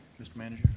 mr. manager.